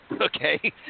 okay